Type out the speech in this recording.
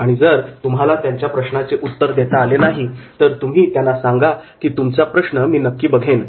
आणि जर तुम्हाला त्यांच्या प्रश्नाचे उत्तर देता आले नाही तर तुम्ही त्यांना सांगा की तुमचा प्रश्न मी नक्कीच बघेन